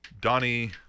Donnie